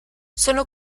sono